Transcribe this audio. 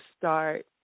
start